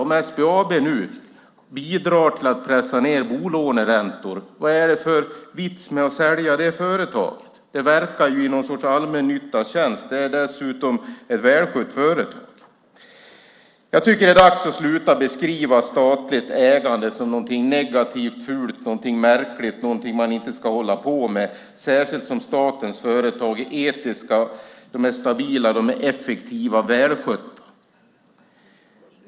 Om SBAB nu bidrar till att pressa ned bolåneräntor, vad är det då för vits med att sälja det företaget? Det verkar i någon sorts allmännyttas tjänst. Det är dessutom ett välskött företag. Det är dags att sluta beskriva statligt ägande som något negativt, fult, märkligt och något som man inte ska hålla på med, särskilt som statens företag är etiska, stabila, effektiva och välskötta.